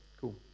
cool